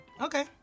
Okay